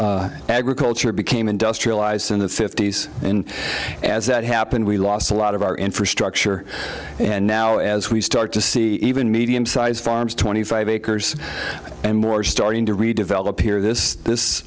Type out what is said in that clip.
council agriculture became industrialized in the fifty's and as it happened we lost a lot of our infrastructure and now as we start to see even medium sized farms twenty five acres and more starting to redevelop here this this